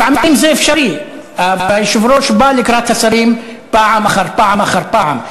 לפעמים זה אפשרי והיושב-ראש בא לקראת השרים פעם אחר פעם אחר פעם,